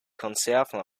konserven